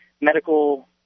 medical